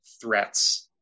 threats